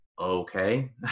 okay